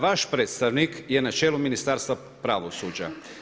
Vaš predstavnik je na čelu Ministarstva pravosuđa.